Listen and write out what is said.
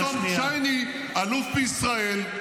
פתאום צ'ייני, אלוף בישראל,